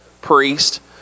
priest